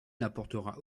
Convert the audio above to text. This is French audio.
n’apportera